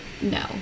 no